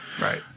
right